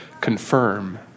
confirm